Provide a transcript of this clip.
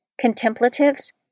contemplatives